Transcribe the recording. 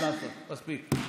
מנסור עבאס, ביבי.